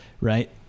right